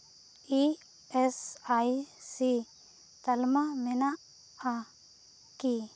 E S I C ᱛᱟᱞᱢᱟ ᱢᱮᱱᱟᱜᱼᱟ ᱠᱤ